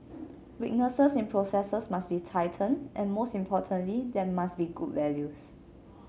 weaknesses in processes must be tightened and most importantly there must be good values